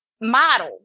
model